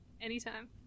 Anytime